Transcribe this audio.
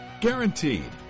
Guaranteed